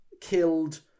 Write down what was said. killed